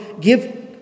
give